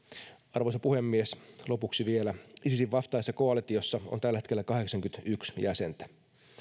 arvoisa puhemies lopuksi vielä isisin vastaisessa koalitiossa on tällä hetkellä kahdeksankymmentäyksi jäsentä